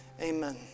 Amen